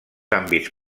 àmbits